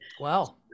Wow